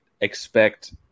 expect